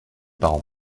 parents